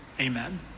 Amen